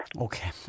Okay